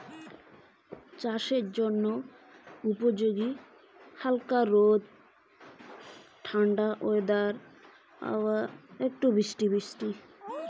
চাষের জন্য উপযোগী আবহাওয়া কেমন?